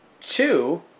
Two